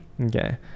okay